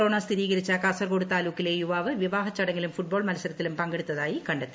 corona സ്ഥിരീകരിച്ച കാസർഗോഡ് താലൂക്കിലെ യുവാവ് വിവാഹ ചടങ്ങിലും ഫുട്ബോൾ മത്സരത്തിലും പങ്കെടുത്തതായി കണ്ടെത്തി